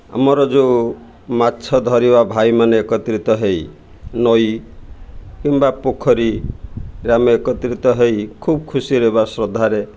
ଆମର ଯେଉଁ ମାଛ ଧରିବା ଭାଇମାନେ ଏକତ୍ରିତ ହୋଇ ନଈ କିମ୍ବା ପୋଖରୀରେ ଆମେ ଏକତ୍ରିତ ହୋଇ ଖୁବ୍ ଖୁସିରେ ବା ଶ୍ରଦ୍ଧାରେ